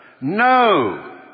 no